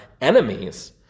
enemies